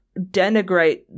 denigrate